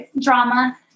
drama